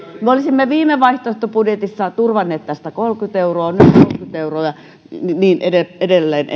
me olisimme viime vaihtoehtobudjetissa turvanneet tästä kolmekymmentä euroa nyt kolmekymmentä euroa ja niin edelleen